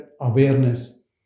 awareness